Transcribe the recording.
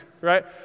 right